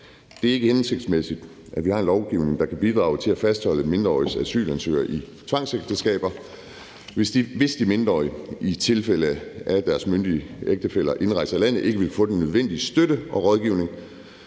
Det er ikke hensigtsmæssigt, at vi har en lovgivning, der kan bidrage til at fastholde mindreårige asylansøgere i tvangsægteskaber. Hvis de mindreårige, i tilfælde af at deres myndige ægtefæller indrejser i landet, ikke vil få den nødvendige støtte og rådgivning,